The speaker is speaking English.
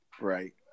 Right